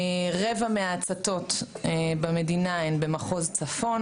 בנוסף, רבע מההצתות במדינה הם במחוז צפון